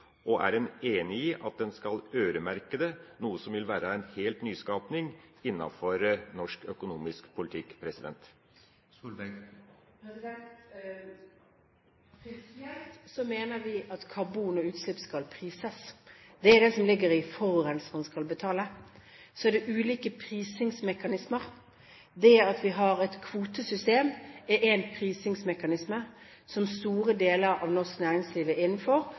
og enig i at en skal øremerke det, noe som vil være helt nyskapende innenfor norsk økonomisk politikk? Prinsipielt mener vi at karbon og utslipp skal prises. Det er det som ligger i at forurenseren skal betale. Så er det ulike prisingsmekanismer. Det at vi har et kvotesystem, er en prisingsmekanisme som store deler av norsk næringsliv er innenfor,